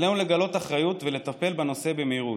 עלינו לגלות אחריות ולטפל בנושא במהירות.